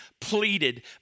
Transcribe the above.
pleaded